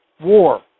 war